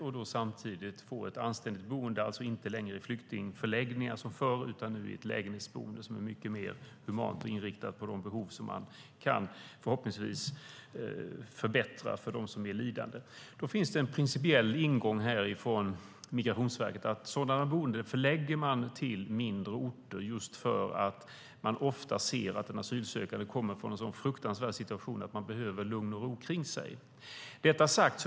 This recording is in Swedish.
Samtidigt ska de få ett anständigt boende, alltså inte längre i flyktingförläggningar som förr utan i ett lägenhetsboende, som är mycket mer humant inriktat på behoven. Därmed kan man förhoppningsvis förbättra för dem som är lidande. Då finns det en principiell ingång från Migrationsverket. Det är att man förlägger sådana boenden till mindre orter just för att man ofta ser att de asylsökande kommer från en så fruktansvärd situation att de behöver lugn och ro omkring sig.